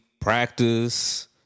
practice